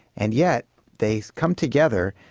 and yet they come together